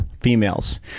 females